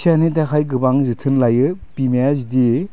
फिसानि थाखाय गोबां जोथोन लायो बिमाया जुदि